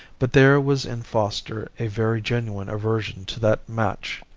but there was in foster a very genuine aversion to that match.